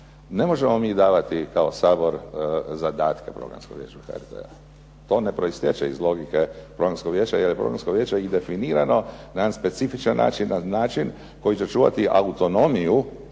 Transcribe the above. Ne možemo mi davati kao Sabor zadatke Programskom vijeću HRT-a. to ne proistječe iz logike Programskog vijeća, jer je Programsko vijeće i definirano na jedan specifičan način na način koji će čuvati autonomiju